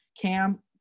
Cam